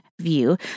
view